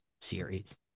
series